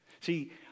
See